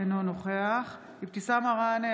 אינו נוכח אבתיסאם מראענה,